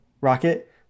rocket